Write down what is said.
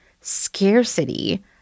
scarcity